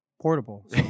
Portable